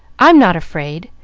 i'm not afraid,